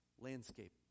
landscape